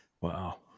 Wow